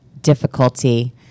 difficulty